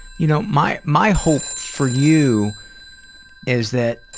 you know my my hope for you is that